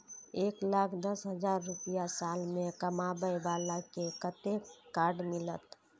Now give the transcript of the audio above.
एक लाख दस हजार रुपया साल में कमाबै बाला के कतेक के कार्ड मिलत?